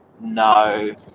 No